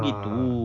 ah